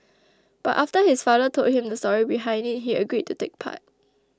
but after his father told him the story behind it he agreed to take part